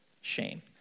shame